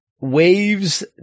waves